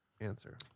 answer